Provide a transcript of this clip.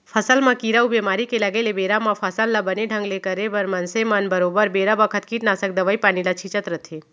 फसल म कीरा अउ बेमारी के लगे ले बेरा म फसल ल बने ढंग ले करे बर मनसे मन बरोबर बेरा बखत कीटनासक दवई पानी ल छींचत रथें